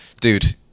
dude